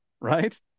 right